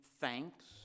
thanks